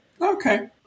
Okay